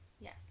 Yes